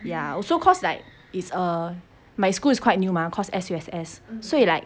ya also cause like it's err my school is quite new mah cause S_U_S_S so like